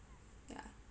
ya